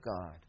God